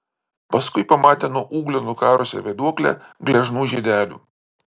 paskui pamatė nuo ūglio nukarusią vėduoklę gležnų žiedelių